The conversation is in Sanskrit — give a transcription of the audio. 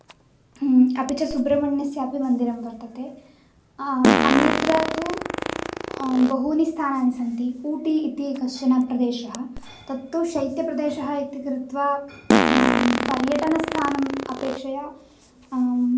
अपि च सुब्रह्मण्यस्यापि मन्दिरं वर्तते अन्यत्र तु बहूनि स्थानानि सन्ति ऊटि इति कश्चन प्रदेशः तत्तु शैत्यप्रदेशः इति कृत्वा पर्यटनस्थानम् अपेक्षया